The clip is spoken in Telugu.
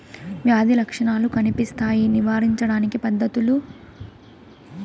వ్యాధి లక్షణాలు కనిపిస్తాయి నివారించడానికి పద్ధతులు?